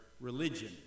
religion